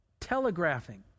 telegraphing